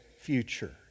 future